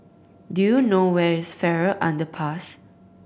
do you know where is Farrer Underpass